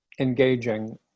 engaging